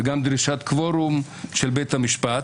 וגם דרישת קוורום של בית המשפט,